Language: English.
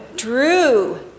Drew